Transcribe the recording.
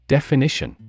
Definition